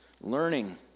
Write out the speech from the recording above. learning